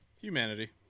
Humanity